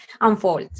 unfold